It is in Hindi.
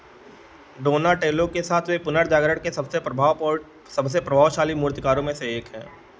डोनाटेलो के साथ वे पुनर्जागरण के सबसे प्रभावपौ सबसे प्रभावशाली मूर्तिकारों में से एक हैं